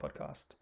podcast